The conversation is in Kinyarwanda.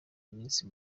iminsi